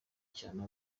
cyane